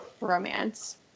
romance